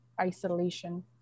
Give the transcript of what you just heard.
isolation